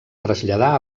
traslladar